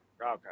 okay